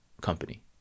company